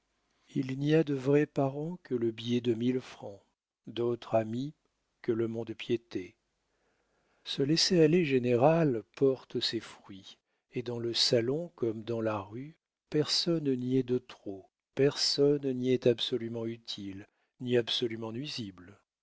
il n'y a là de vrai parent que le billet de mille francs d'autre ami que le mont-de-piété ce laissez-aller général porte ses fruits et dans le salon comme dans la rue personne n'y est de trop personne n'y est absolument utile ni absolument nuisible